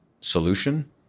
solution